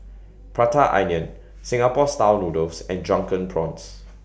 Prata Onion Singapore Style Noodles and Drunken Prawns